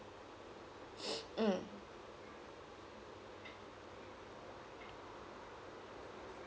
mm